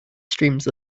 streams